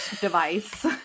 device